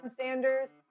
Sanders